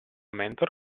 mentor